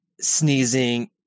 sneezing